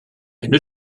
elles